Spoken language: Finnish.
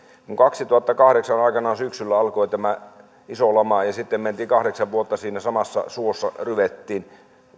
kun aikanaan kaksituhattakahdeksan syksyllä alkoi tämä iso lama ja sitten ryvettiin kahdeksan vuotta siinä samassa suossa